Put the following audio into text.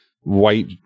white